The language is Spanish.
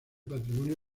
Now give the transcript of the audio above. patrimonio